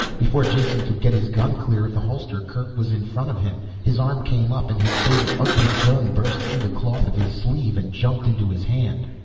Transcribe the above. before jason could get his gun clear of the holster kerk was in front of him. his arm came up and his big ugly gun burst through the cloth of his sleeve and jumped into his hand.